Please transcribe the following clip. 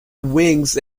wings